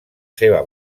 seva